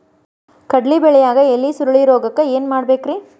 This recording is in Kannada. ಕಡ್ಲಿ ಬೆಳಿಯಾಗ ಎಲಿ ಸುರುಳಿರೋಗಕ್ಕ ಏನ್ ಮಾಡಬೇಕ್ರಿ?